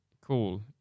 cool